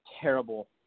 terrible